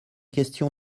question